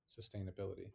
sustainability